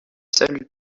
saluent